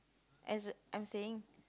as a I'm saying